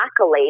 accolades